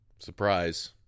Surprise